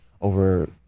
over